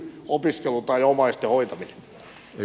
opiskelu tai omaisten hoitaminen